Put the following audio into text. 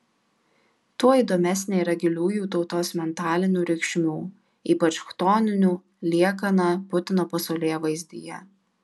tuo įdomesnė yra giliųjų tautos mentalinių reikšmių ypač chtoninių liekana putino pasaulėvaizdyje